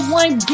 one